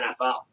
NFL